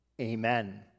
Amen